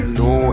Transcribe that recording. no